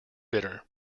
bitter